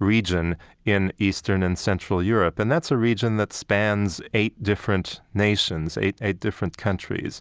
region in eastern and central europe, and that's a region that spans eight different nations, eight different countries.